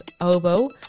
oboe